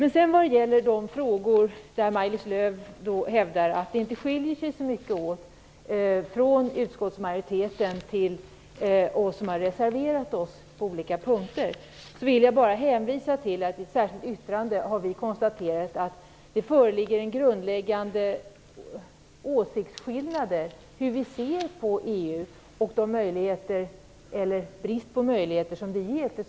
När det gäller de frågor där Maj-Lis Lööw hävdar att utskottsmajoritetens uppfattningar på olika punkter inte skiljer sig så mycket från reservanternas vill jag bara hänvisa till att vi i ett särskilt yttrande har konstaterat att det föreligger en grundläggande åsiktsskillnad när det gäller Sveriges möjligheter eller brist på möjligheter i EU.